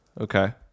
Okay